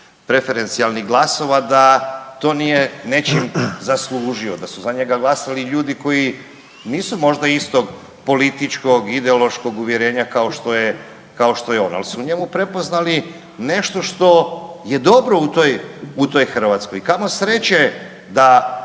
preferencionalnih glasova da to nije nečim zaslužio, da su za njega glasali ljudi koji nisu možda istog političkog i ideološkog uvjerenja kao što je, kao što je on, ali su u njemu prepoznali nešto što je dobro u toj, u toj Hrvatskoj i kamo sreće da